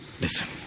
Listen